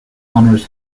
honours